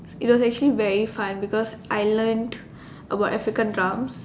it was actually very fun because I learnt about African drums